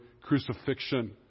crucifixion